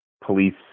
police